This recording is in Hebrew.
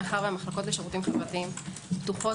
מאחר שהמחלקות לשירותים חברתיים פתוחות